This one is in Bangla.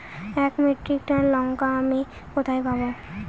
এক মেট্রিক টন লঙ্কা আমি কোথায় পাবো?